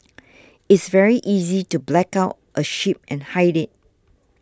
it's very easy to black out a ship and hide it